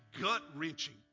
gut-wrenching